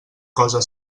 cosa